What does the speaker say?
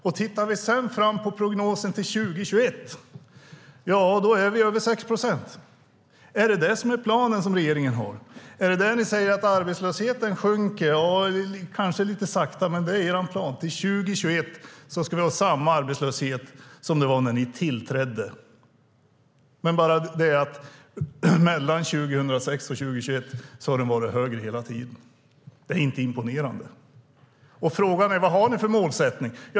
Om man sedan tittar på prognosen fram till 2021 ligger vi över 6 procent. Är det regeringens plan att säga att arbetslösheten sjunker kanske lite sakta och så ska det vara samma arbetslöshet 2021 som när den tillträdde? Det är bara det att mellan 2006 och 2021 har arbetslösheten varit högre hela tiden. Det är inte imponerande. Frågan är: Vad har ni för målsättning?